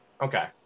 Okay